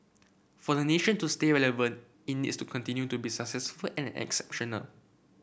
for the nation to stay relevant it needs to continue to be successful and exceptional